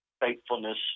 faithfulness